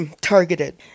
targeted